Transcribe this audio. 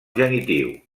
genitiu